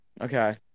Okay